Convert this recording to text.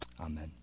Amen